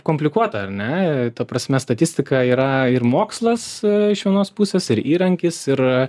komplikuota ar ne ta prasme statistika yra ir mokslas iš vienos pusės ir įrankis ir